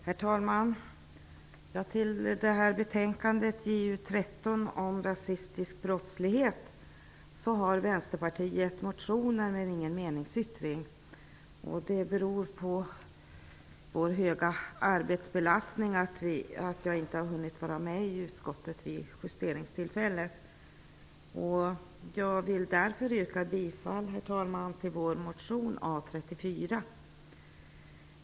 Herr talman! Till betänkandet JuU13 om rasistisk brottslighet har Vänsterpartiet motioner men inte någon meningsyttring. Det beror på vår stora arbetsbeslastning att jag inte har hunnit vara med i utskottet vid justeringstillfället. Jag vill därför yrka bifall till vår motion A34.